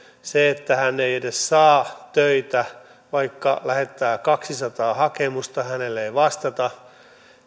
se että hän ei saa töitä edes vaikka lähettää kaksisataa hakemusta ja hänelle ei vastata